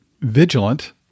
vigilant